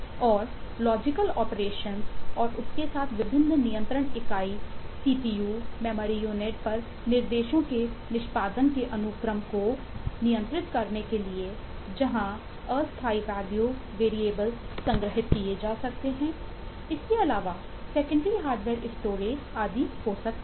और logical operations आदि हो सकते है